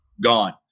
gone